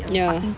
ya